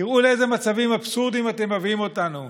תראו לאיזה מצבים אבסורדיים אתם מביאים אותנו,